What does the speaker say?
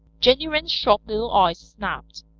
jenny wren's sharp little eyes snapped.